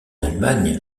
allemagne